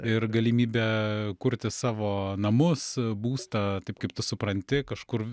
ir galimybę kurti savo namus būstą taip kaip tu supranti kažkur